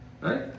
Right